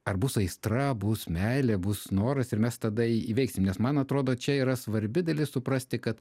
ar bus aistra bus meilė bus noras ir mes tada įveiksim nes man atrodo čia yra svarbi dalis suprasti kad